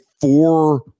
four